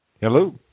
Hello